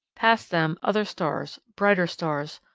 past them other stars, brighter stars,